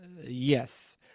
Yes